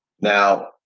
Now